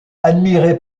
admiré